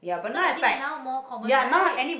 cause i think now more common right